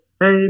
Hey